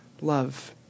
love